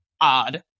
Odd